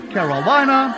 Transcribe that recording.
Carolina